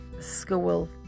school